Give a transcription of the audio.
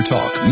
Talk